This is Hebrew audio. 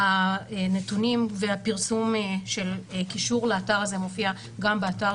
והנתונים והפרסום של קישור לאתר הזה מופיע גם באתר